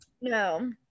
no